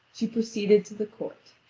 she proceeded to the court.